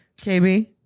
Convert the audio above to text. kb